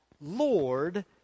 Lord